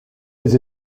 les